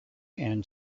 and